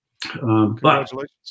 Congratulations